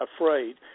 afraid